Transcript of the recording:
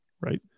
right